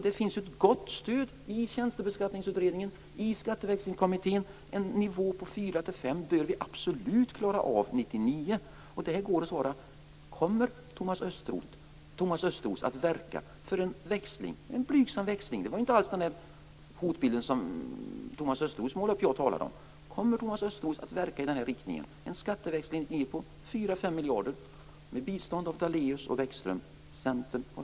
Det finns ett gott stöd i Tjänstebeskattningsutredningen och i Skatteväxlingskommittén. En nivå på 4-5 miljarder bör vi absolut klara av 1999. Här går det att svara: Kommer Thomas Östros att verka för en växling? Jag talar alltså om en blygsam växling, inte alls den hotbild Thomas Östros målade upp. Kommer Thomas Östros att verka i den här riktningen - en skatteväxling på 4-5 miljarder, med bistånd av Daléus och